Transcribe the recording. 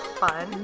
fun